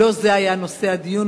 כי לא זה נושא הדיון,